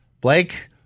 Blake